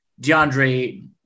DeAndre